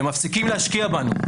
והם מפסיקים להשקיע בנו.